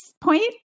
point